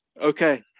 Okay